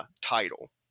title